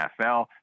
NFL